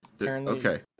Okay